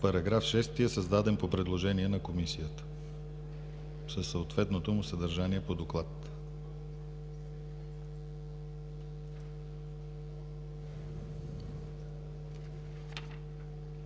като § 6 е създаден по предложение на Комисията, със съответното му съдържание по доклад.